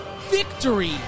victory